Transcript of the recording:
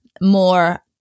More